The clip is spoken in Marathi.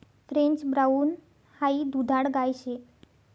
फ्रेंच ब्राउन हाई दुधाळ गाय शे